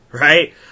Right